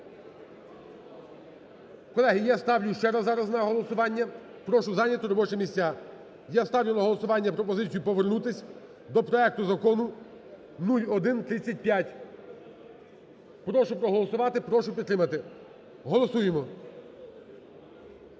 Колеги, я ще раз ставлю зараз на голосування, прошу зайняти робочі місця, Я ставлю на голосування пропозицію повернутись до проекту Закону 0135. Прошу проголосувати, прошу підтримати. Голосуємо.